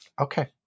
Okay